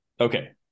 Okay